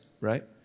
right